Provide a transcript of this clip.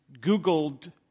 Googled